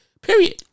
Period